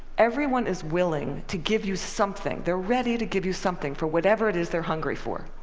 everyone is willing to give you something. they're ready to give you something for whatever it is they're hungry for.